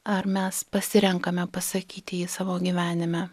ar mes pasirenkame pasakyti jį savo gyvenime